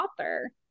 author